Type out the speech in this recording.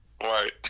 Right